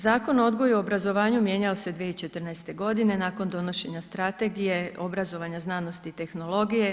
Zakon o odgoju i obrazovanju mijenjao se 2014. godine nakon donošenja strategije obrazovanja znanosti i tehnologije.